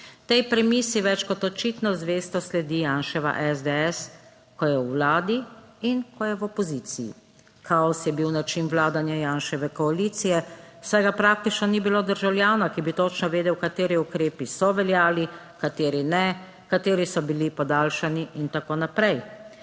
Tej premisi več kot očitno zvesto sledi Janševa SDS, ko je v vladi in ko je v opoziciji. Kaos je bil način vladanja Janševe koalicije, saj ga praktično ni bilo državljana, ki bi točno vedel, kateri ukrepi so veljali, kateri ne, kateri so bili podaljšani in tako naprej.